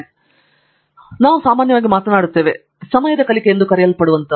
slide time ಅನ್ನು ಗಮನಿಸಿ 1334ಆದ್ದರಿಂದ ನಾವು ಸಾಮಾನ್ಯವಾಗಿ ಮಾತನಾಡುತ್ತೇವೆ ಸಮಯದ ಕಲಿಕೆ ಎಂದು ಕರೆಯಲ್ಪಡುವಂತಹವು